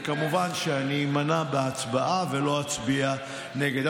וכמובן שאני אימנע בהצבעה ולא אצביע נגד.